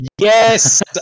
Yes